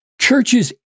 churches